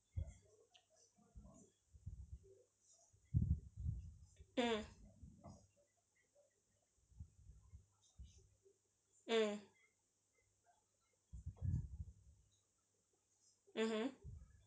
mm mm mmhmm